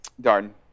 Darn